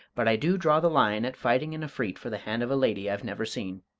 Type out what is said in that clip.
but i do draw the line at fighting an efreet for the hand of a lady i've never seen.